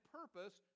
purpose